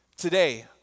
Today